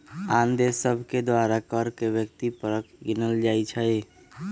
आन देश सभके द्वारा कर के व्यक्ति परक गिनल जाइ छइ